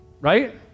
right